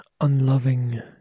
unloving